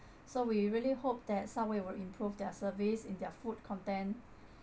so we really hope that subway will improve their service in their food content